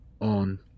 on